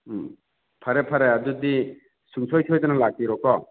ꯎꯝ ꯐꯔꯦ ꯐꯔꯦ ꯑꯗꯨꯗꯤ ꯁꯨꯡꯁꯣꯏ ꯁꯣꯏꯗꯅ ꯂꯥꯛꯄꯤꯔꯣꯀꯣ